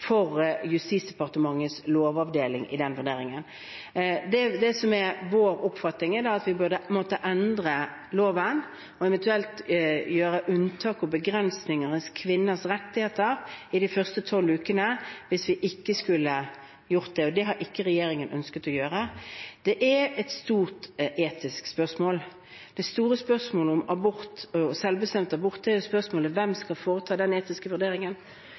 for Justisdepartementets lovavdeling i den vurderingen. Det som er vår oppfatning, er at vi da måtte endre loven og eventuelt gjøre unntak og legge begrensninger i kvinners rettigheter i de første tolv ukene, hvis vi ikke skulle gjort det, og det har ikke regjeringen ønsket å gjøre. Det er et stort etisk spørsmål. Det store spørsmålet om abort og selvbestemt abort er jo hvem som skal foreta den etiske vurderingen.